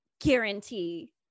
guarantee